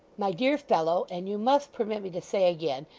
my dear fellow and you must permit me to say again,